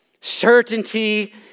Certainty